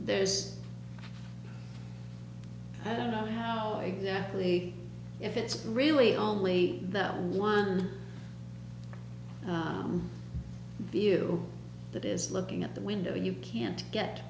there is i don't know how exactly if it's really only that one on the view that is looking at the window you can't get